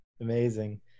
Amazing